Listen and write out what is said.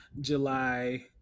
July